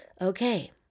okay